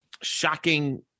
Shocking